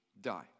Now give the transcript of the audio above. die